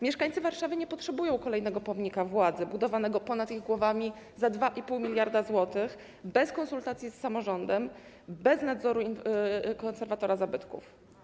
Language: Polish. Mieszkańcy Warszawy nie potrzebują kolejnego pomnika władzy budowanego ponad ich głowami za 2,5 mld zł, bez konsultacji z samorządem, bez nadzoru konserwatora zabytków.